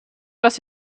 was